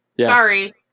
Sorry